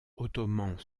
ottomans